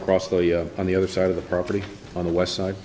across the on the other side of the property on the west side